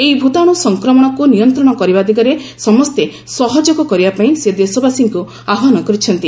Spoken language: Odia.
ଏହି ଭୂତାଣୁ ସଂକ୍ରମଣକୁ ନିୟନ୍ତ୍ରଣ କରିବା ଦିଗରେ ସମସ୍ତେ ସହଯୋଗ କରିବା ପାଇଁ ସେ ଦେଶବାସୀଙ୍କୁ ଆହ୍ପାନ କରିଛନ୍ତି